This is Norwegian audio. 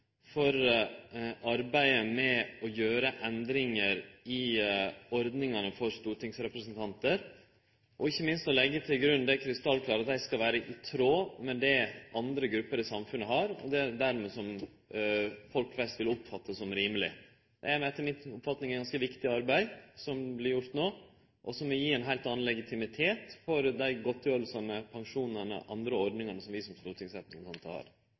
for arbeidet med å gjere endringar i ordningane for stortingsrepresentantar – ikkje minst å leggje til grunn det krystallklare, at dei skal vere i tråd med det andre grupper i samfunnet har, og som folk flest dermed vil oppfatte som rimelege. Det er etter mi oppfatning eit ganske viktig arbeid som vert gjort no, og som vil gi ein heilt annan legitimitet for dei godtgjerslene, pensjonane og andre ordningane som vi som